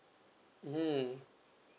mm